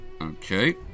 Okay